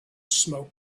smoke